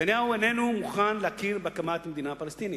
נתניהו איננו מוכן להכיר בהקמת מדינה פלסטינית.